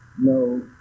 no